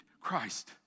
Christ